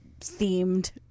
themed